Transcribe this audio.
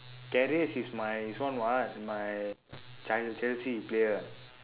karius is my this one what, my chel~ chelsea player